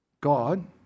God